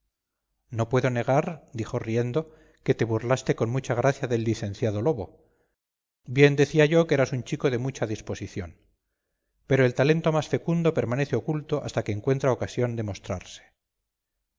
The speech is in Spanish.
no puedo negar dijo riendo que te burlaste con mucha gracia del licenciado lobo bien decía yo que eras un chico de mucha disposición pero el talento más fecundo permanece oculto hasta que encuentra ocasión de mostrarse